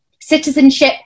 Citizenship